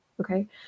okay